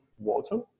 water